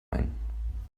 ein